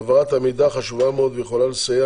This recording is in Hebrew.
העברת המידע חשובה מאוד ויכולה לסייע